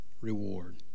reward